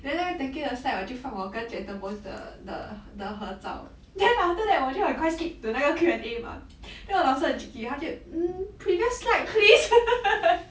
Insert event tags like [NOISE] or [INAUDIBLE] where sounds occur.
then 那个 thank you 的 slide 我就放我跟 gentle bones 的的合照 then after that 我就很快 skip to 那个 Q&A mah then 我老师很 cheeky 他就 mm previous slide please [LAUGHS]